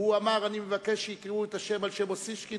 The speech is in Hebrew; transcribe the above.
והוא אמר: אני מבקש שיקראו את הרחוב על שם אוסישקין,